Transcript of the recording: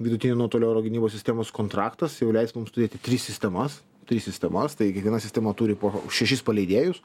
vidutinio nuotolio oro gynybos sistemos kontraktas jau leis mums turėti tris sistemas tris sistemas tai kiekviena sistema turi po šešis paleidėjus